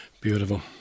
Beautiful